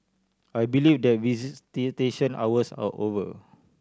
I believe that visitation hours are over